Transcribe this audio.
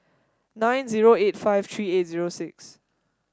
nine zero eight five three eight zero six